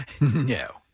No